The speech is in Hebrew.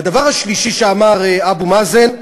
והדבר השלישי שאמר אבו מאזן,